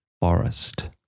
forest